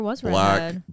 black